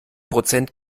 prozent